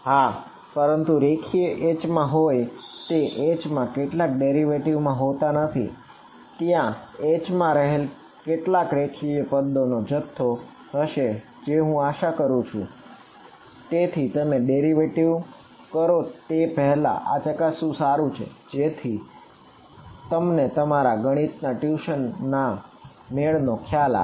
હા પરંતુ રેખીય H માં હોય તે H ના કેટલાક ડેરિવેટિવ ના મેળનો ખ્યાલ આવે